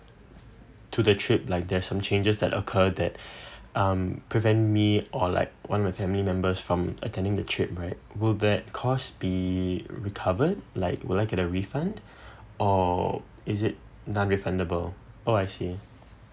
to the trip like there's some changes that occur that um prevent me or like one of my family members from attending the trip right will that cost be recovered like will I get a refund or is it non-refundable oh I see